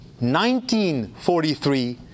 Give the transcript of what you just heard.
1943